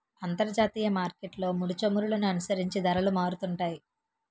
అంతర్జాతీయ మార్కెట్లో ముడిచమురులను అనుసరించి ధరలు మారుతుంటాయి